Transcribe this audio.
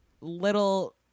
little